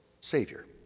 savior